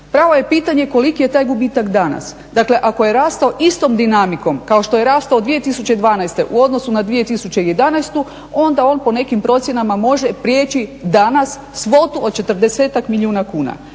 Pravo je pitanje koliki je taj gubitak danas? Dakle, ako je rastao istom dinamikom kao što je rastao u 2012. u odnosu na 2011. onda on po nekim procjenama može prijeći danas svotu od 40-ak milijuna kuna.